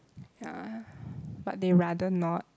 ya but they rather not